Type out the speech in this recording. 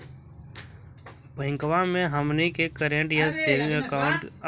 बैंकवा मे हमनी के करेंट या सेविंग अकाउंट के लिए डेबिट कार्ड जारी कर हकै है?